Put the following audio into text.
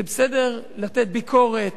זה בסדר לתת ביקורת,